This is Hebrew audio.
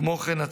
כמו כן,